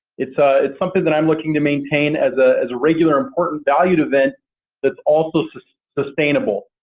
it's ah something that i'm looking to maintain as ah as a regular, important, valued event that's also sustainable.